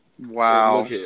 Wow